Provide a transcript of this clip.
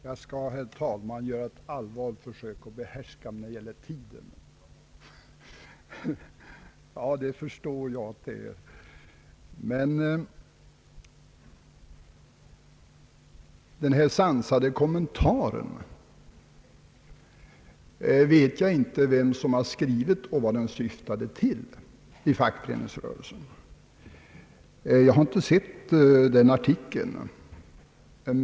Herr talman! Jag skall göra ett allvarligt försök att behärska mig vad beträffar tiden! Den »sansade kommentaren» i Fackföreningsrörelsen vet jag inte vem som har skrivit, och jag vet inte vad den syftade till, ty jag har inte sett den artikeln.